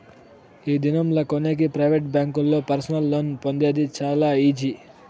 ఈ దినం లా కొనేకి ప్రైవేట్ బ్యాంకుల్లో పర్సనల్ లోన్ పొందేది చాలా ఈజీ